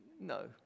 No